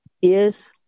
Yes